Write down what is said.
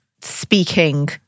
speaking